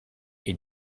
est